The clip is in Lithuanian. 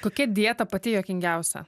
kokia dieta pati juokingiausia